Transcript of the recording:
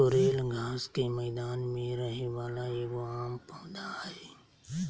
sorrel घास के मैदान में रहे वाला एगो आम पौधा हइ